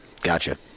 Gotcha